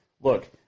look